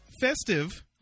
festive